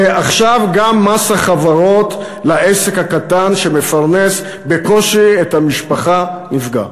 ועכשיו גם מס החברות לעסק הקטן שמפרנס בקושי את המשפחה נפגע.